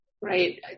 Right